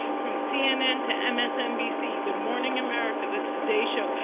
from cnn to msnbc, good morning america, the today show,